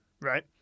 right